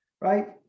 right